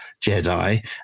Jedi